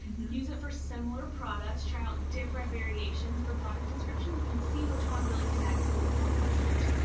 use it for similar products, try out different variations for product descriptions, and see which one really connects with your customers.